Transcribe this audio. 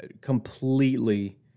completely